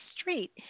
street